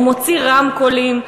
הוא מוציא רמקולים,